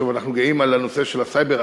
שוב, אנחנו גאים על הנושא של הסייבר.